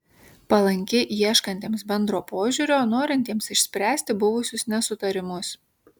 palanki ieškantiems bendro požiūrio norintiems išspręsti buvusius nesutarimus